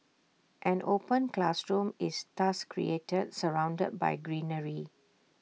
an open classroom is thus created surrounded by greenery